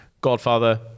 Godfather